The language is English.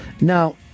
Now